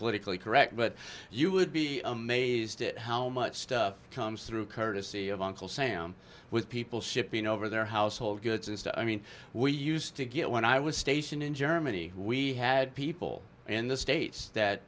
politically correct but you would be amazed at how much stuff comes through courtesy of uncle sam with people shipping over their household goods and stuff i mean we used to get when i was stationed in germany we had people in the states that